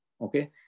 Okay